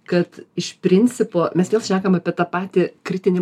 kad iš principo mes vėl šnekam apie tą patį kritinį